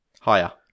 Higher